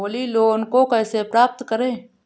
Holi loan को कैसे प्राप्त करें?